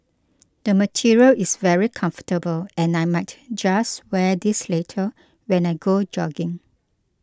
the material is very comfortable and I might just wear this later when I go jogging